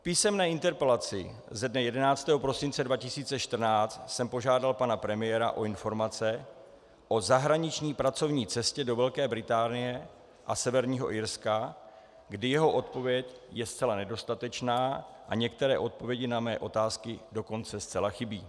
V písemné interpelaci ze dne 11. prosince 2014 jsem požádal pana premiéra o informace o zahraniční pracovní cestě do Velké Británie a Severního Irska, kdy jeho odpověď je zcela nedostatečná a některé odpovědi na mé otázky dokonce zcela chybí.